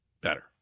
better